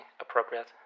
appropriate